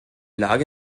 lage